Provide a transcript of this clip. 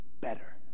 better